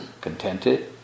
contented